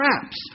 Traps